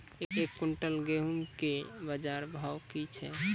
एक क्विंटल गेहूँ के बाजार भाव की छ?